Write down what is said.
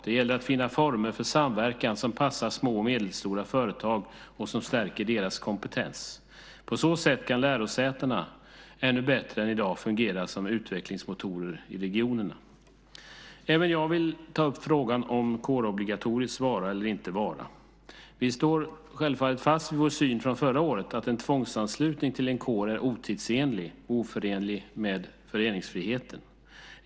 Det gäller att finna former för samverkan som passar små och medelstora företag och som stärker deras kompetens. På så sätt kan lärosätena ännu bättre än i dag fungera som utvecklingsmotorer i regionerna. Även jag vill ta upp frågan om kårobligatoriets vara eller inte vara. Vi står självfallet fast vid vår syn från förra året, att en tvångsanslutning till en kår är otidsenlig och oförenlig med föreningsfriheten.